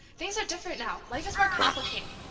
things are different now life is more complicated.